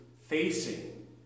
facing